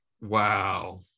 wow